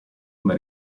una